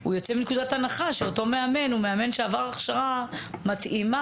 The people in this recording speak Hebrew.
הוא יוצא מנקודת הנחה שאותו מאמן עבר הכשרה מתאימה.